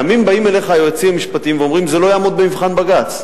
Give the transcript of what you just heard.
פעמים באים אליך יועצים משפטיים ואומרים: זה לא יעמוד במבחן בג"ץ,